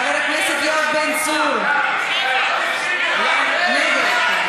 חבר הכנסת יואב בן צור, למזכירה.